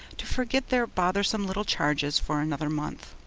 to forget their bothersome little charges for another month.